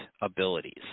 abilities